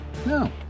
No